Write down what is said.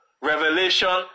revelation